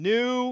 New